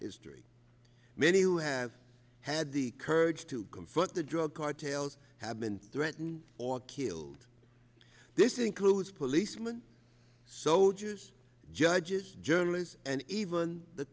history many who have had the courage to confront the drug cartels have been threatened or killed this includes policeman soldiers judges journalists and even the